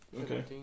Okay